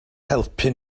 helpu